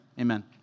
Amen